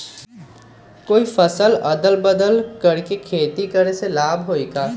कोई फसल अदल बदल कर के खेती करे से लाभ है का?